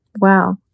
Wow